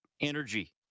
energy